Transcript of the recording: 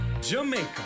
Jamaica